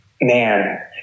man